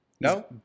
No